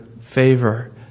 favor